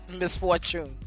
misfortune